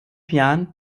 jahren